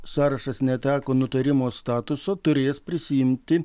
sąrašas neteko nutarimo statuso turės prisiimti